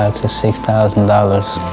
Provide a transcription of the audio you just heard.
ah to six thousand dollars.